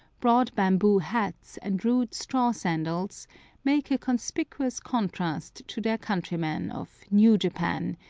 broad bamboo-hats, and rude straw-sandals make a conspicuous contrast to their countrymen of new japan,